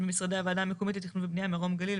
במשרדי הועדה המקומית לתכנון ולבניה מרום הגליל,